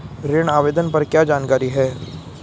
ऋण आवेदन पर क्या जानकारी है?